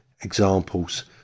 examples